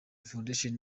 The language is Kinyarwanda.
foundation